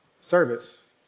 service